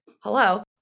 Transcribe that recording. hello